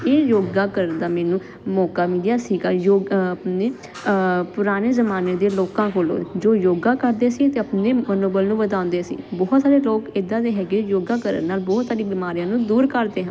ਇਹ ਯੋਗਾ ਕਰਨ ਦਾ ਮੈਨੂੰ ਮੌਕਾ ਮਿਲਿਆ ਸੀਗਾ ਯੋ ਆਪਣੇ ਪੁਰਾਣੇ ਜ਼ਮਾਨੇ ਦੇ ਲੋਕਾਂ ਕੋਲੋਂ ਜੋ ਯੋਗਾ ਕਰਦੇ ਸੀ ਅਤੇ ਆਪਣੇ ਮਨੋਬਲ ਨੂੰ ਵਧਾਉਂਦੇ ਸੀ ਬਹੁਤ ਸਾਰੇ ਲੋਕ ਇੱਦਾਂ ਦੇ ਹੈਗੇ ਆ ਯੋਗਾ ਕਰਨ ਨਾਲ ਬਹੁਤ ਸਾਰੀ ਬਿਮਾਰੀਆਂ ਨੂੰ ਦੂਰ ਕਰਦੇ ਹਾਂ